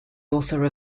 author